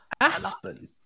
Aspen